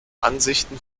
ansichten